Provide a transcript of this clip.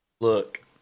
Look